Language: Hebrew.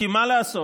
כי מה לעשות,